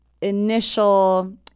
initial